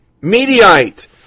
Mediate